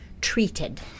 treated